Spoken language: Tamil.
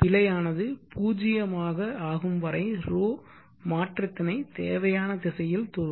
பிழையானது பூஜ்யமாக ஆகும்வரை ρ மாற்றத்தினை தேவையான திசையில் துவங்கும்